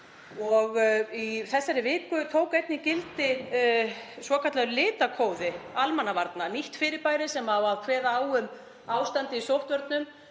Í þessari viku tók einnig gildi svokallaður litakóði almannavarna, nýtt fyrirbæri sem kveður á um ástandið í sóttvörnum